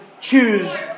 choose